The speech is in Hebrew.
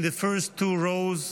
in the first two rows,